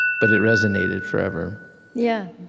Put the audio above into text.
but it resonated forever yeah